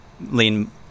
lean